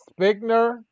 Spigner